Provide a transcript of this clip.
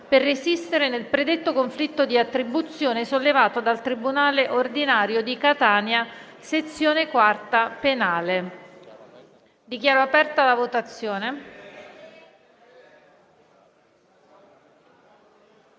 per resistere nel predetto conflitto di attribuzione sollevato dal tribunale ordinario di Catania, sezione IV penale. *(Segue la votazione).*